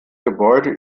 gebäude